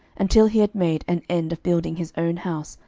until he had made an end of building his own house,